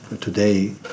today